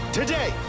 Today